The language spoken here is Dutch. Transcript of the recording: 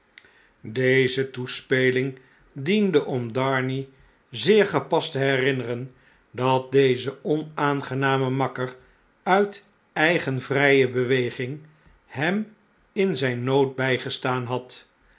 deze toespeling diende om darnay zeer gepast te herinneren dat deze onaangename makker uit eigen vrjje beweging hem in zijn nood bflgestaan had